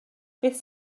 beth